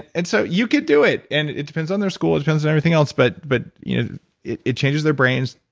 and so you can do it. and it depends on their school, it depends on everything else, but but you know it it changes their brains.